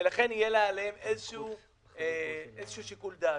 ולכן יהיה עליהם איזשהו שיקול דעת.